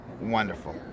wonderful